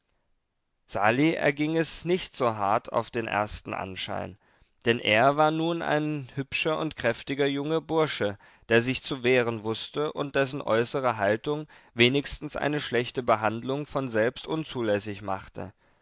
sali erging es nicht so hart auf den ersten anschein denn er war nun ein hübscher und kräftiger junger bursche der sich zu wehren wußte und dessen äußere haltung wenigstens eine schlechte behandlung von selbst unzulässig machte